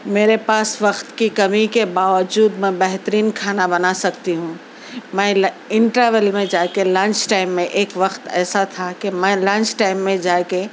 میرے پاس وقت کی کمی کے باوجود میں بہترین کھانا بنا سکتی ہوں میں انٹرول میں جا کے لنچ ٹائم میں ایک وقت ایسا تھا کہ میں لنچ ٹائم میں جا کے